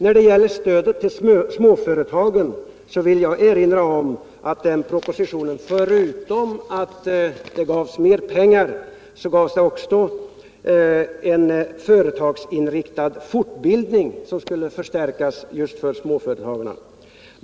När det gäller propositionen om stödet till småföretagen vill jag erinra om att man där förutom mera pengar också gav förstärkning av företagsinriktad fortbildning just för småföretagarna.